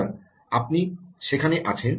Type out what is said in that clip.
সুতরাং আপনি সেখানে আছেন